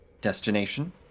Destination